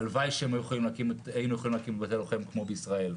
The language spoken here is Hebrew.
הלוואי שהיינו יכולים להקים בתי לוחם כמו בישראל.